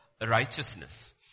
righteousness